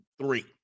three